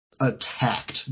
attacked